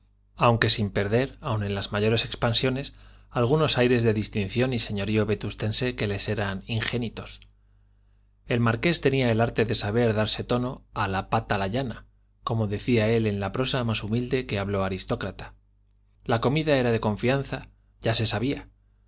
aunque sin perder aun en las mayores expansiones algunos aires de distinción y señorío vetustense que les eran ingénitos el marqués tenía el arte de saber darse tono a la pata la llana como él decía en la prosa más humilde que habló aristócrata la comida era de confianza ya se sabía